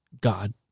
God